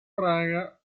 praga